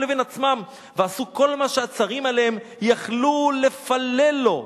ועשו כל שהצרים עליהם יכלו לפלל לו,